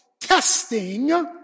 testing